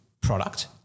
product